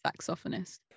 saxophonist